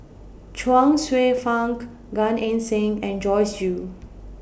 Chuang Hsueh Fang Gan Eng Seng and Joyce Jue